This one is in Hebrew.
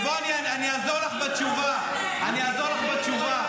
בואי אני אעזור לך בתשובה, אני אעזור לך בתשובה.